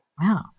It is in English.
Wow